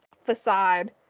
facade